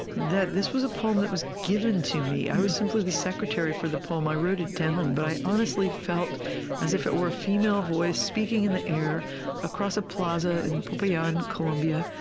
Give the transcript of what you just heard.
that this was a poem that was given to me. i was simply the secretary for the poem. i wrote it down, but i honestly felt as if it were a female voice speaking in the air across a plaza in popayan, colombia.